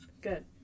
good